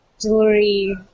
jewelry